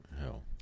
hell